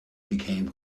become